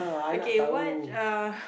okay what's err